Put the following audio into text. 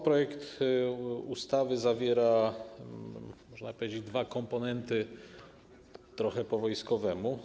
Projekt ustawy zawiera, można powiedzieć, dwa komponenty, trochę po wojskowemu.